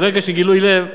ברגע של גילוי לב: